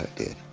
ah did.